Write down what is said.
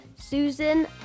Susan